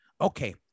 okay